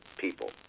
people